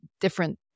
different